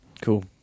Cool